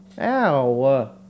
Ow